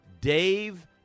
Dave